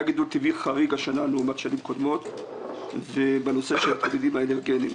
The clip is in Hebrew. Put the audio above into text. השנה היה גידול טבעי חריג לעומת שנים קודמות בנושא של הילדים האלרגניים.